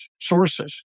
sources